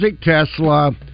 Tesla